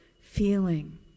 feeling